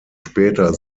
später